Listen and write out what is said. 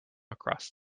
across